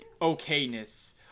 okayness